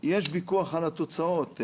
יש ויכוח על התוצאות.